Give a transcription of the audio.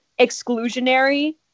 exclusionary